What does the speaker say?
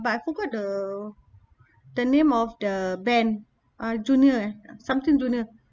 but I forgot the the name of the band uh junior eh something junior